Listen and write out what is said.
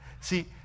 See